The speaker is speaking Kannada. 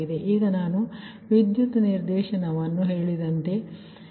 ಈಗ ನಾನು ವಿದ್ಯುತ್ ನಿರ್ದೇಶನವನ್ನು ಹೇಳಿದಂತೆ ಸರಿ